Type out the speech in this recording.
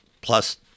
plus